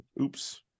oops